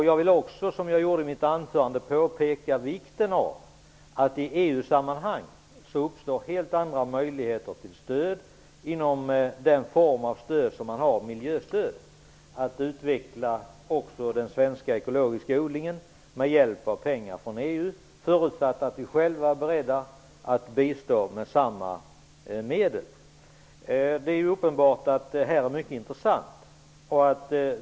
Jag vill också, som jag gjorde i mitt anförande, påpeka att i EU-sammanhang uppstår helt andra möjligheter till stöd -- en form av miljöstöd -- för att utveckla också den svenska ekologiska odlingen med hjälp av pengar från EU, förutsatt att vi själva är beredda att bistå med medel i samma omfattning. Det är uppenbart att detta är mycket intressant.